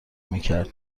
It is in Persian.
میکر